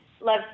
Love